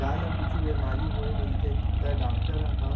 गाय ल कुछु बेमारी होय रहिथे त डॉक्टर ह